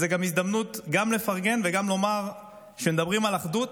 זו גם הזדמנות לפרגן ולומר שכשמדברים על אחדות,